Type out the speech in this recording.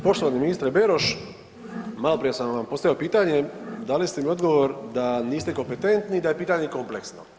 Poštovani ministre Beroš, maloprije sam vam postavio pitanje, dali ste mi odgovor da niste kompetentni i da je pitanje kompleksno.